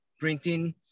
printing